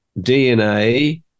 DNA